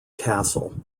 castle